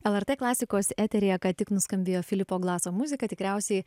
lrt klasikos eteryje ką tik nuskambėjo filipo glazo muzika tikriausiai